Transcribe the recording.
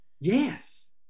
Yes